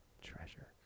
treasure